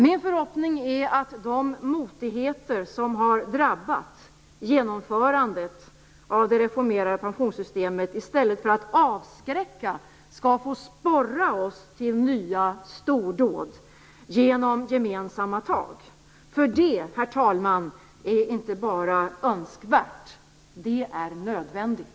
Min förhoppning är att de motigheter som har drabbat genomförandet av det reformerade pensionssystemet i stället för att avskräcka skall få sporra oss till nya stordåd genom gemensamma tag. Det, herr talman, är inte bara önskvärt; det är nödvändigt.